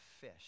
fish